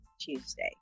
Tuesday